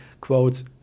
quotes